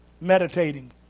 Meditating